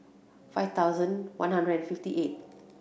five thousand one hundred and fifty eight